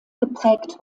geprägt